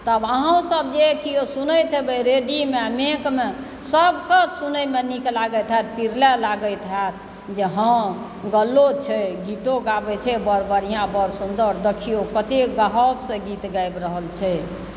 तब अहुँ सब जे सुनैत हेबैक रेडियोमे माइकमे सबके सुनैमे नीक लागैत होयत बिरले लागैत होयत जे हँ गलो छै गीतो गाबै छै बड़ बढ़िआँ बड़ सुन्दर देखियौ कतेक भावसँ गीत गाबि रहल छै